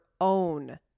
own